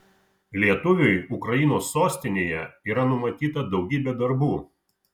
lietuviui ukrainos sostinėje yra numatyta daugybė darbų